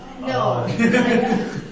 No